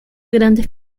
grandes